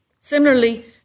Similarly